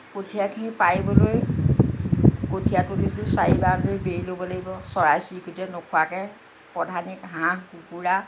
কঠীয়াখিনি পাৰিবলৈ কঠীয়াতলিটো চাৰিডালকৈ বেৰি ল'ব লাগিব চৰাই চিৰিকটিয়ে নোখোৱাকৈ প্ৰধানিক হাঁহ কুকুৰা